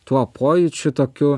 tuo pojūčiu tokiu